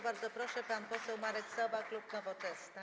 Bardzo proszę, pan poseł Marek Sowa, klub Nowoczesna.